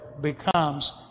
becomes